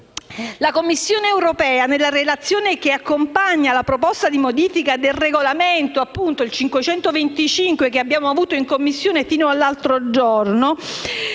La Commissione europea, nella relazione che accompagna la proposta di modifica del regolamento n. 525 che abbiamo avuto in esame in Commissione fino all'altro giorno,